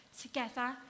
together